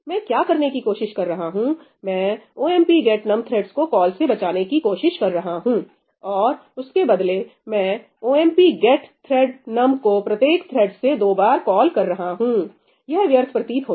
मैं क्या करने की कोशिश कर रहा हूं मैं omp get num threads को कॉल से बचाने की कोशिश कर रहा हूं और उसके बदले में omp get thread nums को प्रत्येक थ्रेड् से दो बार कॉल कर रहा हूं यह व्यर्थ प्रतीत होता है